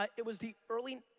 it was the early,